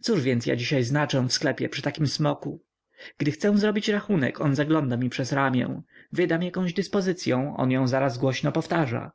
cóż więc ja dziś znaczę w sklepie przy takim smoku gdy chcę zrobić rachunek on zagląda mi przez ramię wydam jaką dyspozycyą on ją zaraz głośno powtarza